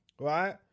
right